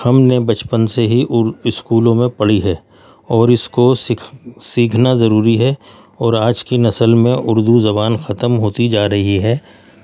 ہم نے بچپن سے ہی ار اسکولوں میں پڑھی ہے اور اس کو سکھ سیکھنا ضروری ہے اور آج کی نسل میں اردو زبان ختم ہوتی جا رہی ہے